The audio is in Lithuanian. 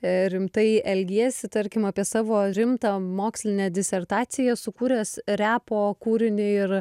rimtai elgiesi tarkim apie savo rimtą mokslinę disertaciją sukūręs repo kūrinį ir